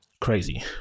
crazy